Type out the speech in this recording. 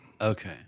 okay